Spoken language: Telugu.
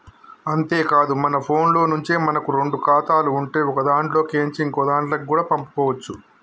అంతేకాదు మన ఫోన్లో నుంచే మనకు రెండు ఖాతాలు ఉంటే ఒకదాంట్లో కేంచి ఇంకోదాంట్లకి కూడా పంపుకోవచ్చు